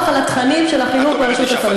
על התכנים של החינוך ברשות הפלסטינית.